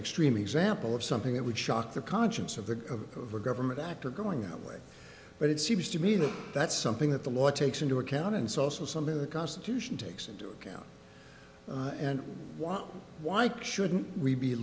extreme example of something that would shock the conscience of the of of a government actor going away but it seems to me that that's something that the law takes into account and so also some of the constitution takes into account and why why shouldn't we be